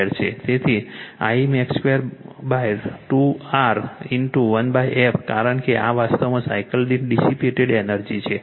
તેથી Imax 2 2R into 1 f કારણ કે આ વાસ્તવમાં સાયકલ દીઠ ડિસીપેટેડ એનર્જી છે